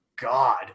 god